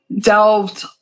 delved